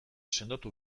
sendotu